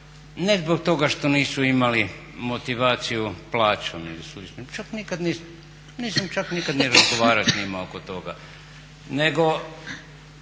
ne zbog toga što nisu imali motivaciju plaćom, čak nikad, nisam čak nikad ni razgovarao s njima oko toga, nego